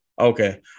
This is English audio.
Okay